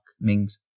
Mings